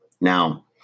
Now